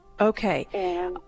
okay